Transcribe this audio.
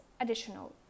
additional